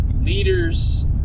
leaders